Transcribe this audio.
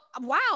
wow